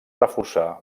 reforçar